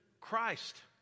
Christ